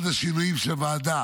אחד השינויים שהוועדה